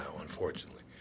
Unfortunately